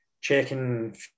checking